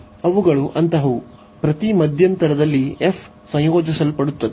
ಅವುಗಳು ಯಾವ ಪ್ರಕಾರದಲ್ಲಿವೆ ಎಂದರೆ ಪ್ರತಿ ಮಧ್ಯಂತರದಲ್ಲಿ f ಸಂಯೋಜಿಸಲ್ಪಡುತ್ತದೆ